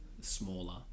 Smaller